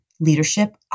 Leadership